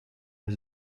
has